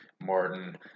Martin